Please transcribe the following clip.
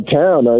town